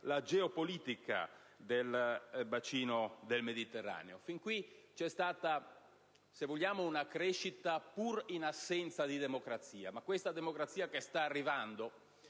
la geopolitica del bacino del Mediterraneo: fin qui c'è stata, se vogliamo, una crescita pur in assenza di democrazia, ma questa democrazia che sta arrivando